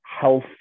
health